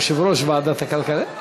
יושב-ראש ועדת הכלכלה,